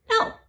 No